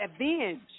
avenge